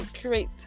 create